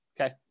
Okay